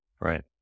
Right